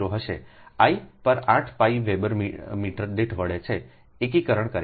I પર 8 pi weber metre દીઠ વળે છે એકીકરણ કર્યા પછી